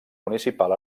municipal